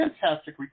fantastic